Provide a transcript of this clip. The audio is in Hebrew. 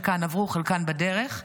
חלקן עברו, חלקן בדרך.